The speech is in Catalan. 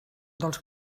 dels